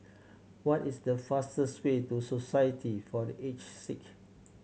what is the fastest way to Society for The Aged Sick